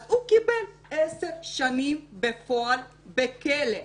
אז הוא קיבל 10 שנים בפועל בכלא.